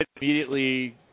immediately